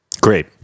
Great